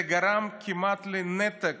זה גרם כמעט לנתק